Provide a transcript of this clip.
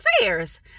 Affairs